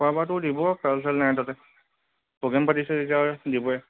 খোৱা বােৱাটো দিব কালচাৰেল নাইট তাতে প্ৰ'গ্ৰেম পাতিছে যেতিয়া আৰু দিবই